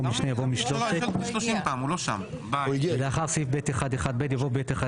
במקום 'משני' יבוא 'משלושת' ולאחר סעיף (ב1)(1)(ב) יבוא (ב1)(1)(ג)